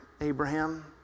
Abraham